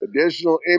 Additional